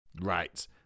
Right